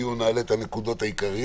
הדיון נעלה את הנקודות העיקריות.